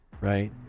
right